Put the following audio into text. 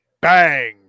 Bang